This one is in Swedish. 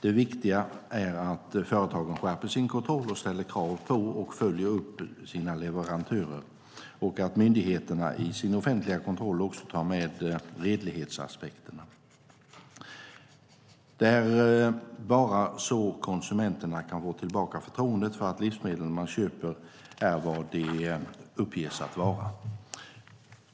Det viktiga är att företagen skärper sin kontroll och ställer krav på och följer upp sina leverantörer och att myndigheterna i sin offentliga kontroll också tar med redlighetsaspekterna. Det är bara så konsumenterna kan få tillbaka förtroendet för att livsmedlen man köper är vad de utges att vara.